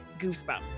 goosebumps